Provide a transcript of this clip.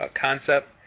concept